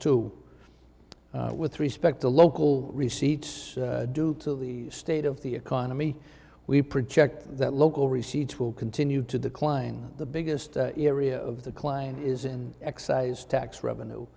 two with respect to local receipts due to the state of the economy we project that local receipts will continue to decline the biggest area of the client is in excise tax revenue